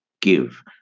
give